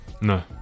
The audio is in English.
No